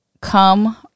come